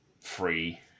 free